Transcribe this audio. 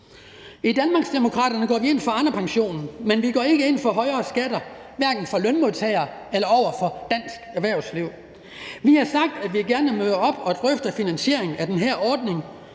I Danmarksdemokraterne går vi ind for Arnepensionen, men vi går ikke ind for højere skatter, hverken for lønmodtagere eller for dansk erhvervsliv. Vi har sagt, at vi gerne møder op og drøfter finansieringen af den her ordning,